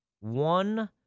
One